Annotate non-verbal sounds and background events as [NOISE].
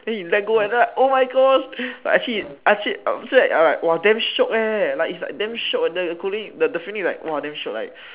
then he let go eh then like oh my gosh but actually actually um so that !wah! damn shiok eh like it's like damn shiok the cooling the the feeling is like !wah! damn shiok like [NOISE]